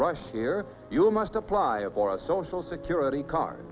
rush here you must apply for a social security card